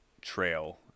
trail